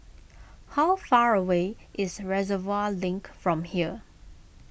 how far away is Reservoir Link from here